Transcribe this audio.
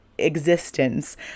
existence